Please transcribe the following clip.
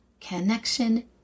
connection